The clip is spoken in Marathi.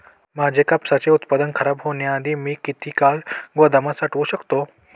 माझे कापसाचे उत्पादन खराब होण्याआधी मी किती काळ गोदामात साठवू शकतो?